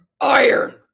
iron